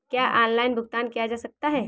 क्या ऑनलाइन भुगतान किया जा सकता है?